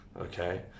Okay